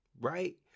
right